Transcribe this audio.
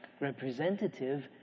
representative